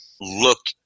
look